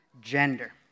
gender